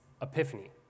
epiphany